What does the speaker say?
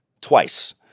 Twice